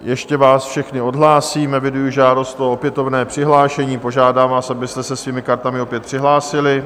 Ještě vás všechny odhlásím, eviduji žádost o opětovné přihlášení, požádám vás, abyste se svými kartami opět přihlásili.